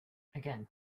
again